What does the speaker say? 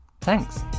thanks